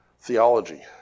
theology